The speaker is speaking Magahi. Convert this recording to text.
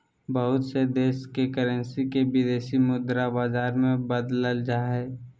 बहुत से देश के करेंसी के विदेशी मुद्रा बाजार मे बदलल जा हय